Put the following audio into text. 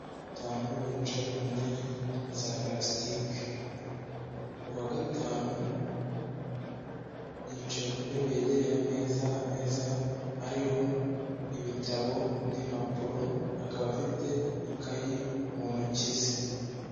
Batanu bicaye mu ntebe za parasitiki, uwa gatanu yicaye ku ntebe yegereye ameza, ameza ariho ibitabo n'impapuro, akaba afite ikayi mu ntoki ze.